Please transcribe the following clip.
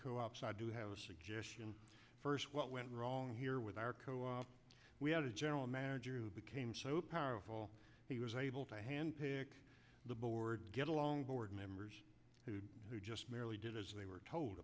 ops i do have a suggestion first what went wrong here with our co op we had a general manager who became so powerful he was able to hand pick the board get along board members who who just merely did as they were told